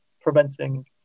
preventing